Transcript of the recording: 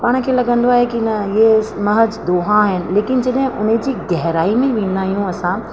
पाण खे लॻंदो आहे कि न इहो महज दोहा आहिनि लेकिन जॾहिं उनजी गहिराई में वेंदा आहियूं असां